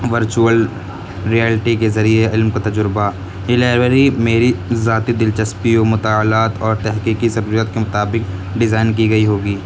virtual reality کے ذریعے علم کو تجربہ یہ لائبریری میری ذاتی دلچسپی و مطالعات اور تحقیقی ضرورت کے مطابق ڈیزائن کی گئی ہوگی